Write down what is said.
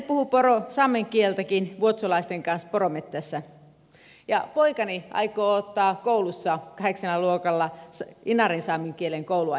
isäni puhui saamen kieltäkin vuotsolaisten kanssa porometsässä ja poikani aikoo ottaa koulussa kahdeksannella luokalla inarinsaamen kielen kouluaineeksi